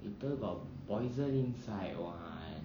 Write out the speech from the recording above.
later got poison inside [one]